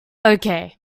okay